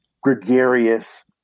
gregarious